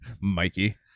Mikey